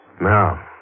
Now